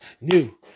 New